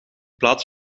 plaats